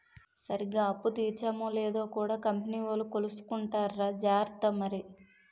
సరిగ్గా అప్పు తీర్చేమో లేదో కూడా కంపెనీ వోలు కొలుసుకుంటార్రా జార్త మరి